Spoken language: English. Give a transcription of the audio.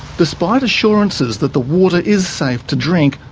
despite assurances that the water is safe to drink,